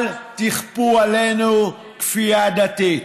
אל תכפו עלינו כפייה דתית.